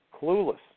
clueless